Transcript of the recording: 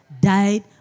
died